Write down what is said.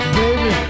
baby